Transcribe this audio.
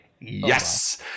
Yes